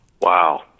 Wow